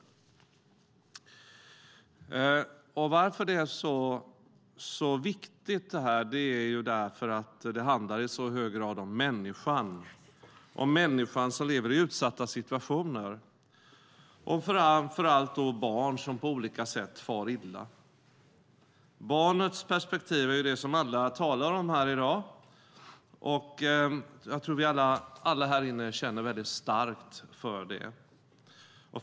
Anledningen till att detta är så viktigt är att det i så hög grad handlar om människan - människan som lever i utsatta situationer, och framför allt de barn som på olika sätt far illa. Barnets perspektiv är ju det som alla talar om här i dag, och jag tror att vi alla här inne känner väldigt starkt för det.